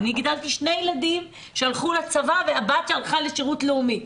גידלתי שני ילדים שהלכו לצבא ובת שהלכה לשירות לאומי,